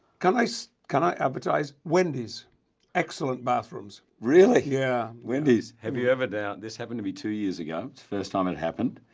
can i so can i advertise wendy's excellent bathrooms really? yeah wendy's have you ever, now this happened to be two years ago first time it happened